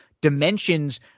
Dimensions